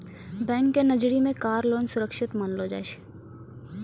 bank के नजरी मे कार लोन सुरक्षित मानलो जाय छै